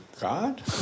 God